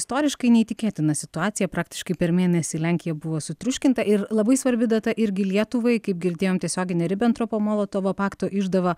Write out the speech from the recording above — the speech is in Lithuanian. istoriškai neįtikėtina situacija praktiškai per mėnesį lenkija buvo sutriuškinta ir labai svarbi data irgi lietuvai kaip girdėjom tiesioginė ribentropo molotovo pakto išdava